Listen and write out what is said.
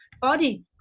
body